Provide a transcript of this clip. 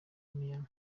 miami